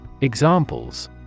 Examples